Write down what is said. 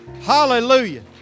Hallelujah